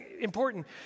important